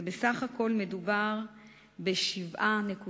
ובסך הכול מדובר ב-7.1%.